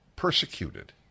Persecuted